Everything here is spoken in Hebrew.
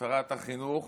שרת החינוך,